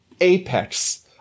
apex